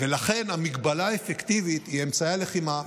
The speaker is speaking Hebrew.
ולכן המגבלה האפקטיבית היא אמצעי הלחימה,